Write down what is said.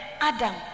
Adam